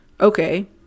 Okay